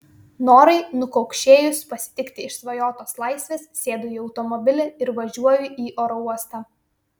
norai nukaukšėjus pasitikti išsvajotos laisvės sėdu į automobilį ir važiuoju į oro uostą